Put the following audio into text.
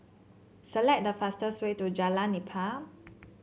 select the fastest way to Jalan Nipah